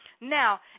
Now